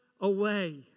away